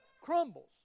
crumbles